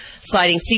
citing